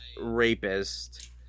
rapist